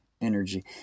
energy